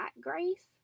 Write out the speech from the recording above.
grace